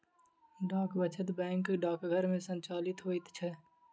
डाक वचत बैंक डाकघर मे संचालित होइत छै